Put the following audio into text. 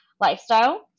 lifestyle